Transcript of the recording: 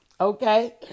Okay